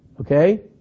okay